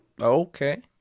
Okay